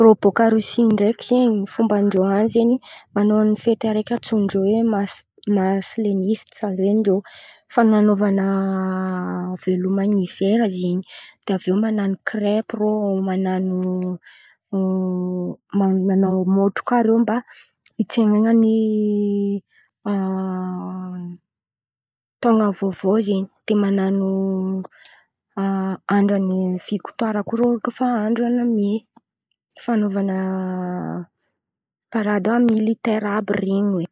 Irô bôkà rosia ndraiky zen̈y fômban-drô an̈y zen̈y, manao fety araiky antsoin-drô hoe mas- masleiste zen̈y ndrô. Fan̈anaovan̈a veloma ny hiver zen̈y, dia avy eo man̈ano krepo irô, man̈ano manao môtro kà irô hitsenain̈a ny taon̈a vaovao zen̈y. Dia man̈ano andran'ny viktoira koa irô kôa efa andran'ny parady militaire àby reny.